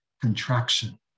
contraction